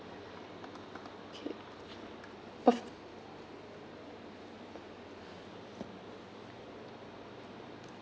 okay